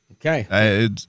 Okay